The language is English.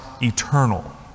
eternal